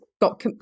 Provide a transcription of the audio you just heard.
got